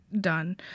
done